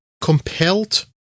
compelled